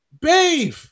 Babe